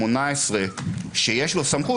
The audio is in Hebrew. דובר שם שהסמכות הייחודית וכו' תהיה לקבוע כי חוק אינו תקף,